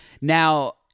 now